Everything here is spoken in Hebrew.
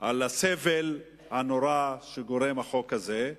על הסבל הנורא שגורם החוק הזה.